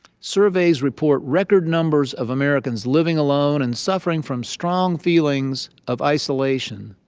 surveys report record numbers of americans living alone and suffering from strong feelings of isolation.